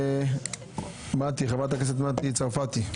חברת הכנסת מטי צרפתי.